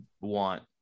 want